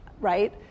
right